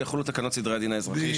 יחולו תקנות סדרי הדין האזרחי,